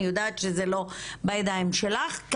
אני יודעת שזה לא בידיים שלך.